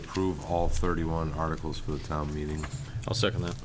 approve all thirty one articles for the town meeting i'll second that